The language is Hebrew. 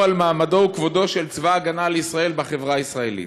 על מעמדו וכבודו של צבא ההגנה לישראל בחברה הישראלית.